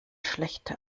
schlechte